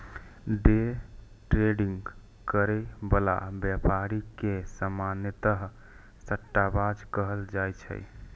day trading करै बला व्यापारी के सामान्यतः सट्टाबाज कहल जाइ छै